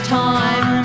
time